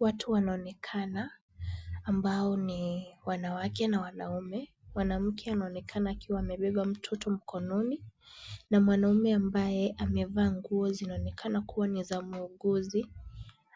Watu wanaonekana ambao ni wanawake na wanaume. Mwanamke anaonekana akiwa amebeba mtoto mkononi na mwanaume ambaye amevaa nguo zinaonekana kuwa ni za muuguzi,